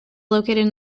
located